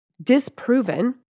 disproven